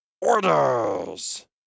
orders